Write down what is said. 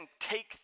take